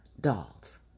dolls